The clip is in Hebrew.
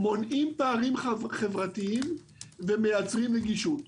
מונעים פערים חברתיים ומייצרים נגישות.